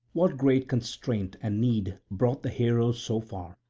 what great constraint and need brought the heroes so far?